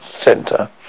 Centre